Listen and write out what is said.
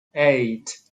eight